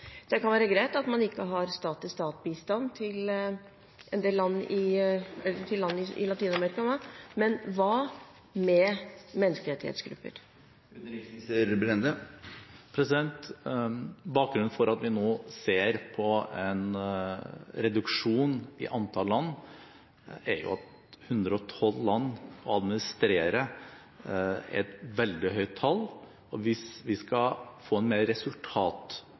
Det kan være greit at man ikke har stat-til-stat-bistand til en del land i Latin-Amerika, men hva med menneskerettighetsgrupper? Bakgrunnen for at vi nå ser på en reduksjon i antall land, er jo at 112 land er veldig mange land å administrere, og hvis vi skal få en mer